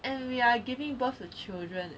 and we are giving birth to children